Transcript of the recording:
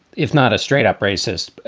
if not a straight up racist,